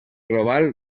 global